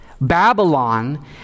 Babylon